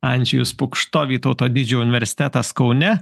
andžejus pukšto vytauto didžiojo universitetas kaune